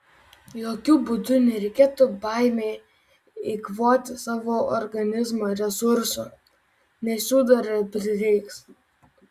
jokiu būdu nereikėtų baimei eikvoti savo organizmo resursų nes jų dar prireiks